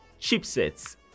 chipsets